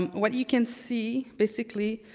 um what you can see, basically,